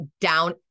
down